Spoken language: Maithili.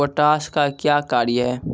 पोटास का क्या कार्य हैं?